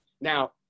Now